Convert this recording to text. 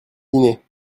dîner